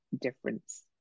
difference